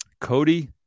Cody